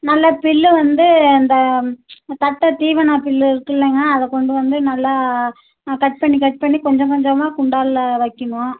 நல்லா புல்லு வந்து அந்த தட்ட தீவனப் புல்லு இருக்குல்லைங்க அதைக் கொண்டு வந்து நல்லா கட் பண்ணி கட் பண்ணி கொஞ்சம் கொஞ்சமா குண்டானில் வைக்கிணும்